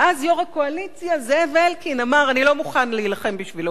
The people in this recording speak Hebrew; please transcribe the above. ואז יושב-ראש הקואליציה זאב אלקין אמר: אני לא מוכן להילחם בשבילו.